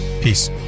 Peace